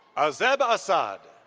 azeb assad.